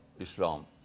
Islam